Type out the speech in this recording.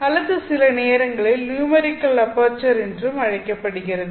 அல்லது சில நேரங்களில் நியூமெரிக்கல் அபெர்ச்சர் என்றும் அழைக்கப்படுகிறது